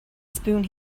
spoon